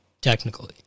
technically